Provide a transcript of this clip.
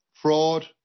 Fraud